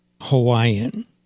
Hawaiian